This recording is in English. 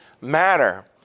matter